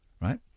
Right